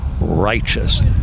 righteous